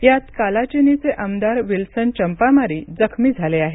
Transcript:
यात कालाचीनीचे आमदार विल्सन चंपामारी जखमी झाले आहेत